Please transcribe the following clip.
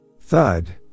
Thud